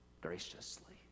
graciously